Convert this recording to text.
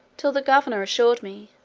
till the governor assured me,